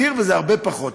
זה נדיר וזה הרבה פחות.